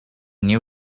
new